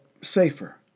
safer